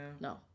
No